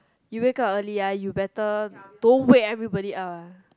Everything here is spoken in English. you wake up early ah you better don't wake everybody up ah